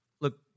look